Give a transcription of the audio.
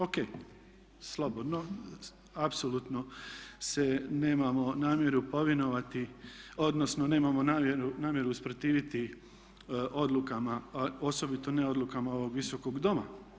O.k. slobodno, apsolutno se nemamo namjeru povinovati odnosno nemamo namjeru usprotiviti odlukama osobito ne odlukama ovog Visokog doma.